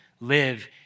live